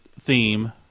theme